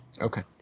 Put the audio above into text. Okay